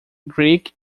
greek